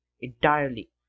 entirely